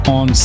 on